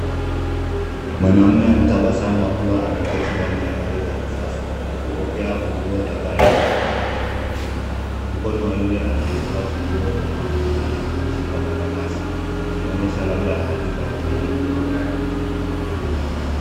Mwanamume anatabasamu akiwa ameketi ndani ya gari la kisasa, akipokea funguo za gari kutoka kwa mtu mwingine. Mkono wa yule anayetoa funguo unaonekana ukishika karatasi, ikionyesha labda hati za umiliki wa gari.